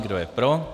Kdo je pro?